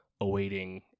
awaiting